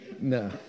No